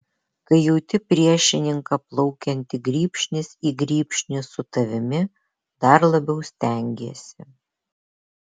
kai jauti priešininką plaukiantį grybšnis į grybšnį su tavimi dar labiau stengiesi